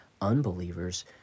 unbelievers